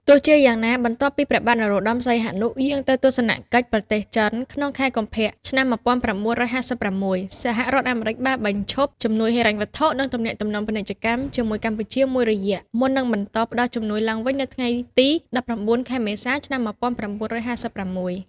ទោះជាយ៉ាងណា បន្ទាប់ពីព្រះបាទនរោត្តម សីហនុយាងទៅទស្សនកិច្ចប្រទេសចិនក្នុងខែកុម្ភៈ ឆ្នាំ១៩៥៦ សហរដ្ឋអាមេរិកបានបញ្ឈប់ជំនួយហិរញ្ញវត្ថុ និងទំនាក់ទំនងពាណិជ្ជកម្មជាមួយកម្ពុជាមួយរយៈ មុននឹងបន្តផ្តល់ជំនួយឡើងវិញនៅថ្ងៃទី ១៩ ខែមេសា ឆ្នាំ១៩៥៦។